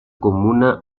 comuna